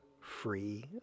free